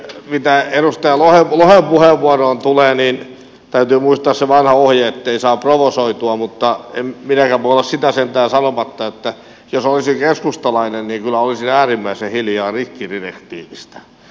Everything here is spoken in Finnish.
mitä edustaja lohen puheenvuoroon tulee niin täytyy muistaa se vanha ohje ettei saa provosoitua mutta en minäkään voi olla sitä sentään sanomatta että jos olisin keskustalainen niin kyllä olisin äärimmäisen hiljaa rikkidirektiivistä